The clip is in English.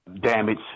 damage